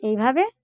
এইভাবে